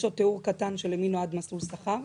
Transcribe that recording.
יש עוד תיאור קטן למי נועד מסלול שכר.